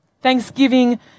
Thanksgiving